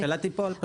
שהממשלה תיפול.